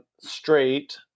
straight